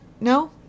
no